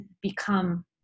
become